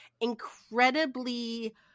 incredibly